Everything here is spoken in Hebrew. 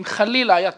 אם חלילה היה זיהום,